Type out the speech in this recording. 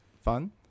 fun